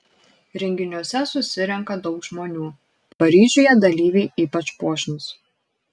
renginiuose susirenka daug žmonių paryžiuje dalyviai ypač puošnūs